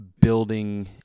building